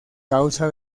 causa